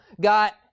got